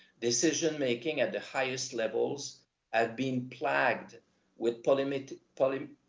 decision-making at the highest levels had been plagued with polymit, poly,